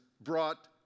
brought